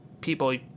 people